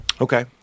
okay